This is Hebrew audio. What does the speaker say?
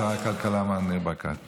שר הכלכלה, מר ניר ברקת ישיב.